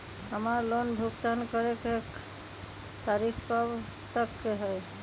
हमार लोन भुगतान करे के तारीख कब तक के हई?